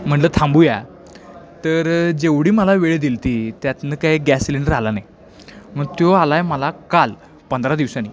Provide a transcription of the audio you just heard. म्हणलं थांबूया तर जेवढी मला वेळ दिली होती त्यातनं काही गॅस सिलेंडर आला नाही मग तो आला आहे मला काल पंधरा दिवसाने